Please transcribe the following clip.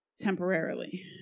temporarily